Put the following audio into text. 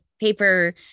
paper